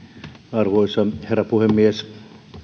arvoisa herra puhemies